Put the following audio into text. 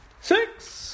Six